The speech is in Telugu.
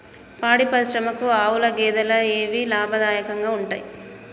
పాడి పరిశ్రమకు ఆవుల, గేదెల ఏవి లాభదాయకంగా ఉంటయ్?